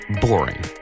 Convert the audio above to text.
boring